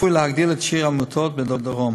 צפויה להגדיל את שיעור המיטות בדרום.